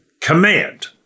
command